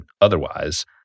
otherwise